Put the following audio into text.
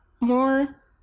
more